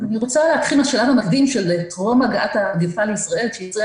אני רוצה להתחיל בשלב המקדים של טרום הגעת המגיפה לישראל כי ישראל